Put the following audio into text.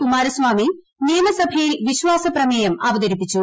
കുമാരസ്വാമി നിയമസഭയിൽ വിശ്വാസ പ്രമേയം അവതരിപ്പിച്ചു